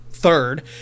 third